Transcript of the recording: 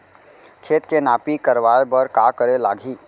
खेत के नापी करवाये बर का करे लागही?